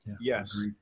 Yes